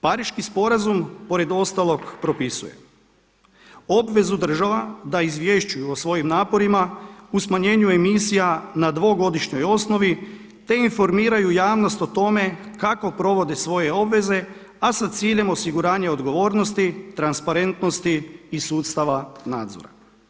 Pariški sporazum pored ostalog propisuje, obvezu država da izvješćuju o svojim naporima u smanjenju emisija na dvogodišnjoj osnovi, te informiraju javnost o tome kako provode svoje obveze, a sa ciljem osiguranja odgovornosti, transparentnosti i sustava nadzora.